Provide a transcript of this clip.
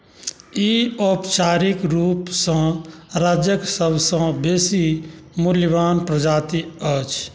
ई औपचारिक रूपसँ राज्यके सभसँ बेसी मूल्यवान प्रजाति अछि